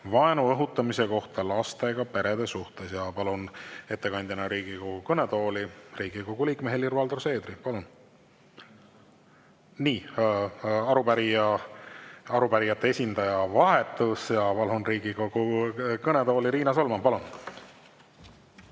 vaenu õhutamise kohta lastega perede suhtes. Ja palun ettekandjana Riigikogu kõnetooli Riigikogu liikme Helir-Valdor Seedri. Palun! Nii. Arupärijate esindaja vahetus. Palun Riigikogu kõnetooli Riina Solmani.